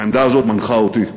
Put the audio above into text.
העמדה הזאת מנחה אותי.